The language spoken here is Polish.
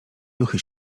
duchy